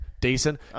decent